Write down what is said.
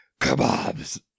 kebabs